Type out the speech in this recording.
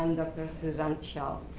um dr. suzanne schadl,